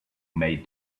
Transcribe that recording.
may